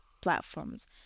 platforms